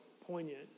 poignant